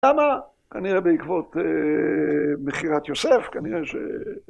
‫למה? כנראה בעקבות ‫מכירת יוסף, כנראה ש...